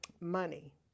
money